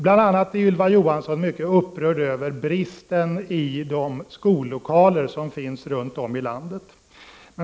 Bl.a. var Ylva Johansson mycket upprörd över bristerna i de skollokaler som finns runt om i landet.